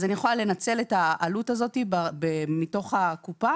אז אני יכולה לנצל את העלות הזאת מתוך הקופה